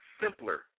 simpler